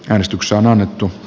äänestyksen alettu